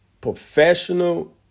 professional